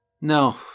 No